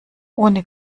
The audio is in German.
ohne